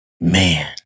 man